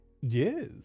Yes